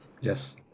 Yes